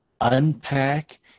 unpack